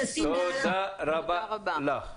תודה רבה לך.